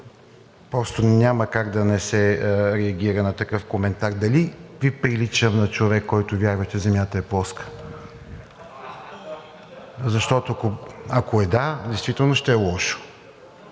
Тонев: няма как да не се реагира на такъв коментар. Дали Ви приличам на човек, който вярва, че Земята е плоска? Защото, ако е да, действително ще е лошо.